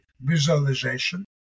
Visualization